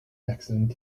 accident